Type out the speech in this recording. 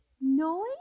Noise